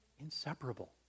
inseparable